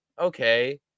okay